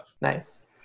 Nice